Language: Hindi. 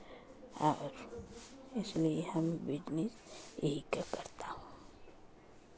और इसलिए हम बिजनेस यही का करता हूँ